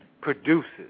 produces